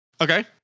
Okay